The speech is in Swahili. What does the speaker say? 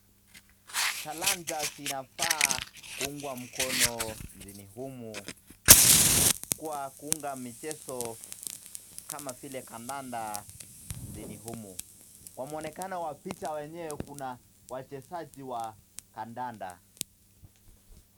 Talanta zinafaa kuungwa mkono mjini humu. Kwa kuunga michezo kama vile kandanda mjini humu. Kwa muonekano wa picha yenyewe kuna wachezaji wa kandanda.